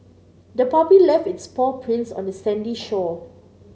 the puppy left its paw prints on the sandy shore